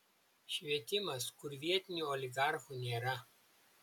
švietimas kur vietinių oligarchų nėra